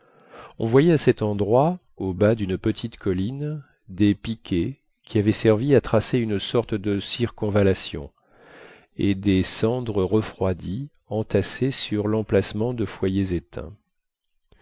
on voyait en cet endroit au bas d'une petite colline des piquets qui avaient servi à tracer une sorte de circonvallation et des cendres refroidies entassées sur l'emplacement de foyers éteints